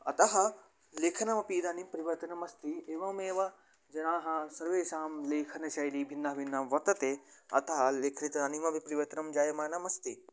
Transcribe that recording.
अतः लेखनमपि इदानीं परिवर्तनमस्ति एवमेव जनाः सर्वेषां लेखनशैली भिन्ना भिन्ना वर्तते अतः लेखनकृत्यानि अपि परिवर्तनानि जायमानानि अस्ति